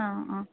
ആ ആ